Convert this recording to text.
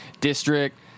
District